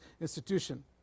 institution